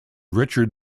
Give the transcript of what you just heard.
richard